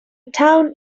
town